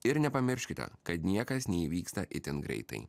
ir nepamirškite kad niekas neįvyksta itin greitai